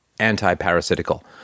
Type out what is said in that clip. anti-parasitical